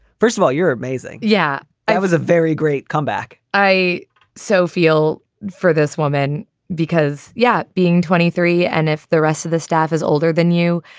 first of all, you're amazing. yeah, i was a very great comeback i so feel for this woman because. yeah. being twenty three and if the rest of the staff is older than you.